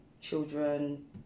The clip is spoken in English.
children